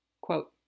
Quote